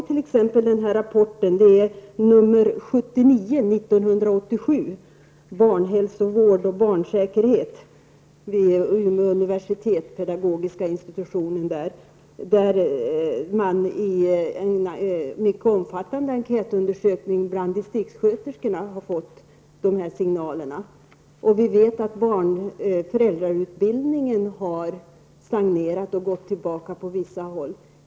I rapporten nr 79, år 1987, Barnhälsovård och barnsäkerhet, utarbetad vid pedagogiska institutionen vid Umeå universitet, har man via en mycket omfattande enkätundersökning bland distriktssköterskorna fått dessa signaler. Det är bara ett exempel. Vi vet att föräldrautbildningen har stagnerat och gått tillbaka på vissa håll.